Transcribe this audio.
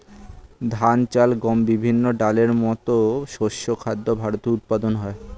ধান, চাল, গম, বিভিন্ন ডালের মতো শস্য খাদ্য ভারতে উৎপাদন হয়